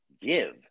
give